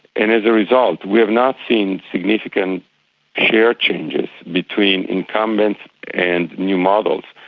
and as a result we've not seen significant share changes between incumbents and new models,